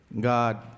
God